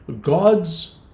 God's